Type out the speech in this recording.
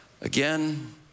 Again